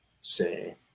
say